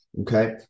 okay